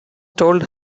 told